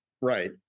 Right